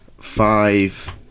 five